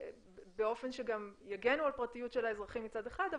באופן שגם יגנו על הפרטיות של האזרחים מצד אחד,